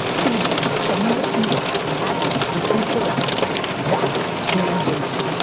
feed me. i need the fuel and that's the interaction that's the engagement.